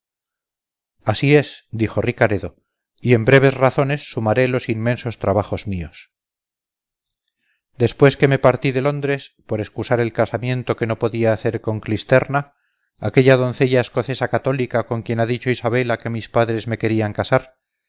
así es dijo ricaredo y en breves razones sumaré los inmensos trabajos míos después que me partí de londres por excusar el casamiento que no podía hacer con clisterna aquella doncella escocesa cathólica con quien ha dicho isabela que mis padres me querían casar